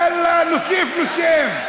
יאללה, נוסיף שם.